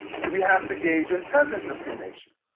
we have to gauge and present discrimination.